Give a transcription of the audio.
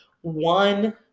one